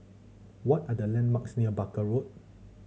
what are the landmarks near Barker Road